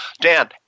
Dan